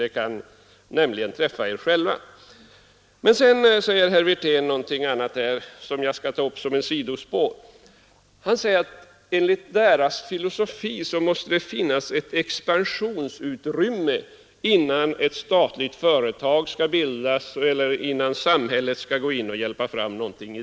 Det kan nämligen träffa er själva. Herr Wirtén säger också något annat, som jag skall ta upp som ett sidospår: Enligt folkpartiets filosofi måste det finnas ett expansionsutrymme innan ett statligt företag skall bildas eller innan samhället skall gå in och hjälpa fram någonting.